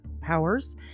powers